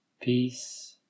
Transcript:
peace